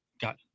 got